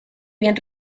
bien